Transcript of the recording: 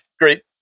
great